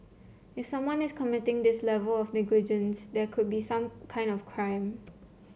if someone is committing this level of negligence there could be some kind of crime